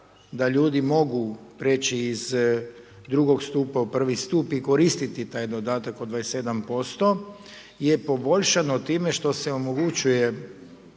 da ljudi mogu preći iz drugog stupa u prvi stup i koristiti taj dodatak od 27% je poboljšano time što se omogućuje